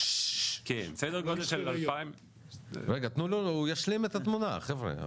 רגע, תנו לו, הוא ישלים את התמונה חבר'ה.